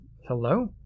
hello